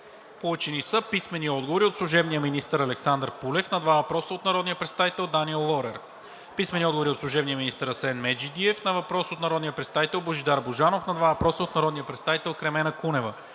Получени са: – писмени отговори от служебния министър Александър Пулев на два въпроса от народния представител Даниел Лорер; – писмени отговори от служебния министър Асен Меджидиев на въпрос от народния представител Божидар Божанов; на два въпроса от народния представител Кремена Кунева;